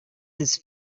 his